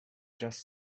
just